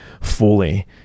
fully